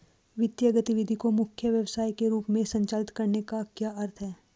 वित्तीय गतिविधि को मुख्य व्यवसाय के रूप में संचालित करने का क्या अर्थ है?